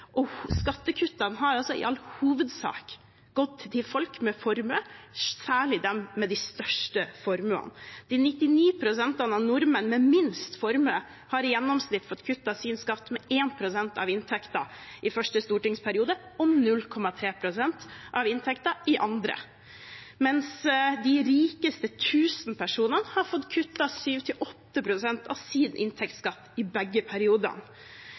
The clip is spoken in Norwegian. Skattekuttene har i all hovedsak gått til folk med formue, særlig dem med de største formuene. De 99 pst. av nordmenn med minst formue har i gjennomsnitt fått kuttet sin skatt med 1 pst. av inntekten i første stortingsperiode og 0,3 pst. av inntekten i andre, mens de 1 000 rikeste personene har fått kuttet 7–8 pst. av sin inntektsskatt i begge periodene.